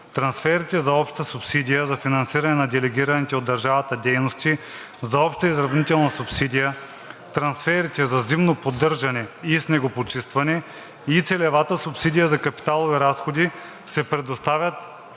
Трансферите за обща субсидия за финансиране за делегираните от държавата дейности, за обща изравнителна субсидия, трансферите за зимно поддържане и снегопочистване и целевата субсидия за капиталови разходи се предоставят